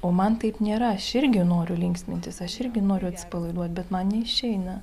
o man taip nėra aš irgi noriu linksmintis aš irgi noriu atsipalaiduot bet man neišeina